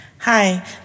Hi